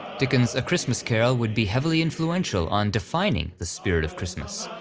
dickens' a christmas carol would be heavily influential on defining the spirit of christmas,